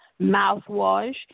mouthwash